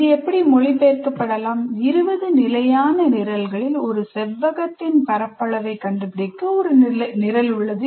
இது இப்படி மொழிபெயர்க்கபடலாம் 20 நிலையான நிரல்களில் ஒரு செவ்வகத்தின் பரப்பளவை கண்டுபிடிக்க ஒரு நிரல் உள்ளது